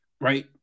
right